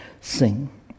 sing